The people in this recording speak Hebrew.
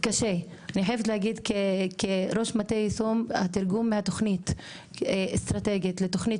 אני חייבת להגיד כראש מטה יישום התרגום מהתכונית האסטרטגית לתוכנית